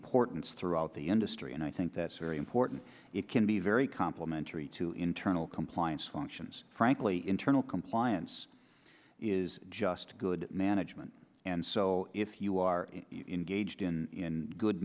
importance throughout the industry and i think that's very important it can be very complimentary to internal compliance functions frankly internal compliance is just good management and so if you are engaged in good